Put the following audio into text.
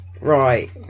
Right